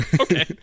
okay